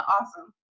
awesome